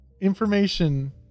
information